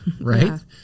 right